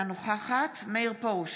אינה נוכחת מאיר פרוש,